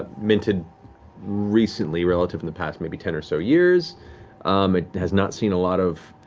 minted recently, relative in the past maybe ten or so years. um it has not seen a lot of